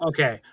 Okay